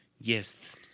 Yes